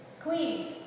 queen